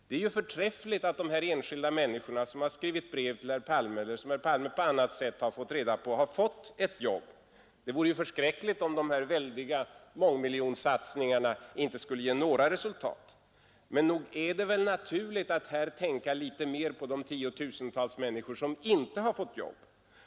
Det är ju förträffligt att de här enskilda människorna, som har skrivit brev till herr Palme eller som herr Palme på annat sätt fått reda på, har fått ett jobb. Det vore förskräckligt om de väldiga mångmiljonsatsningarna inte skulle ge några resultat. Men nog är det väl naturligt att här tänka litet mera på de tiotusentals människor som inte har fått jobb.